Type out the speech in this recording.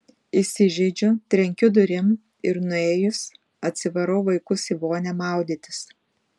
įsižeidžiu trenkiu durim ir nuėjus atsivarau vaikus į vonią maudytis